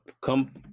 come